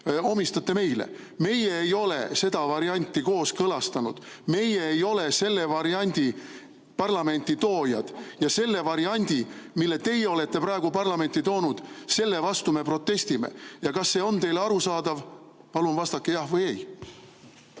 omistate meile? Meie ei ole seda varianti kooskõlastanud, meie ei ole selle variandi parlamenti toojad. Selle variandi vastu, mille teie olete praegu parlamenti toonud, me protestime. Kas see on teile arusaadav? Palun vastake jah või ei!